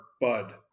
Bud